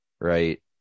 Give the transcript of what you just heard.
Right